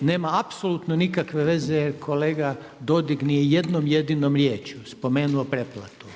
nema apsolutno nikakve veze jer kolega Dodig ni jednom jedinom riječju spomenuo pretplatu.